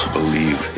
believe